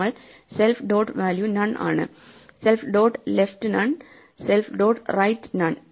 നമ്മൾ self dot value none ആണ് self dot left none self dot right none